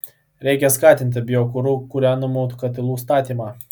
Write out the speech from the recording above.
reikia skatinti biokuru kūrenamų katilinių statymą